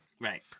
Right